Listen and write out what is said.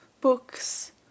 books